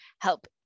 help